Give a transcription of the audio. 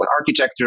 architecture